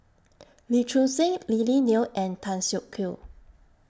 Lee Choon Seng Lily Neo and Tan Siak Kew